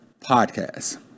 podcast